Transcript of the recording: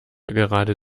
gerade